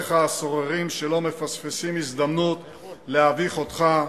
בשריך הסוררים, שלא מפספסים הזדמנות להביך אותך,